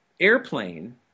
airplane